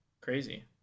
crazy